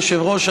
היושב-ראש,